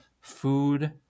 food